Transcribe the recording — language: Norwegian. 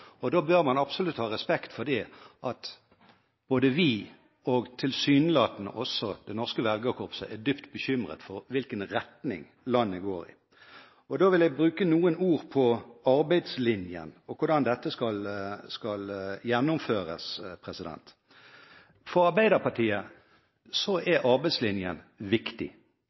og da bør man absolutt ha respekt for at både vi og tilsynelatende også det norske velgerkorpset er dypt bekymret for hvilken retning landet går i. Da vil jeg bruke noen ord på arbeidslinjen og hvordan dette skal gjennomføres. For Arbeiderpartiet er arbeidslinjen viktig.